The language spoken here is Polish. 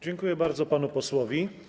Dziękuję bardzo panu posłowi.